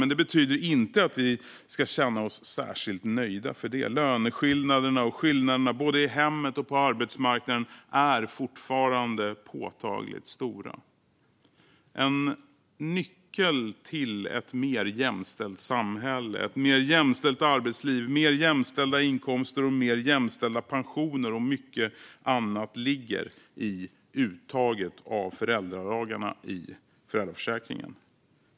Men det betyder inte att vi ska känna oss särskilt nöjda. Löneskillnaderna och skillnaderna både i hemmet och på arbetsmarknaden är fortfarande påtagligt stora. En nyckel till ett mer jämställt samhälle, ett mer jämställt arbetsliv, mer jämställda inkomster, mer jämställda pensioner och mycket annat ligger i uttaget av föräldradagarna i föräldraförsäkringen.